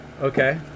Okay